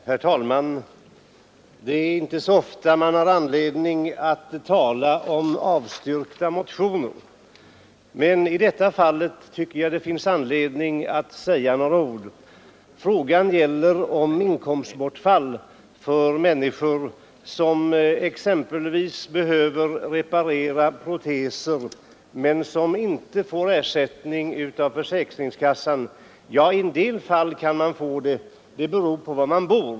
Herr talman! Det är inte så ofta man har anledning att tala för avstyrkta motioner, men i detta fall tycker jag att det finns anledning att säga några ord. Det gäller frågan om inkomstbortfall för de människor som exempelvis behöver reparera proteser och inte får ersättning från försäkringskassan. I en del fall utgår ersättning — men det beror på var man bor.